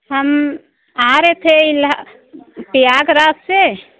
हम आ रहे थे इलाहा प्रयागराज से